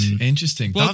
Interesting